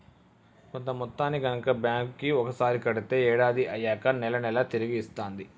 కొంత మొత్తాన్ని గనక బ్యాంక్ కి ఒకసారి కడితే ఏడాది అయ్యాక నెల నెలా తిరిగి ఇస్తాంది